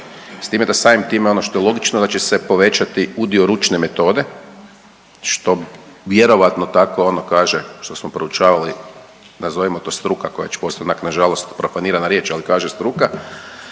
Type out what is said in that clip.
S time da samim time ono što je logično da će se povećati udio ručne metode što vjerojatno tako ono kaže što smo proučavali nazovimo to struka koja već postaje onak nažalost profanirana riječ, ali kaže struka,